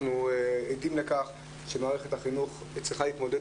אנחנו עדים לכך שמערכת החינוך צריכה להתמודד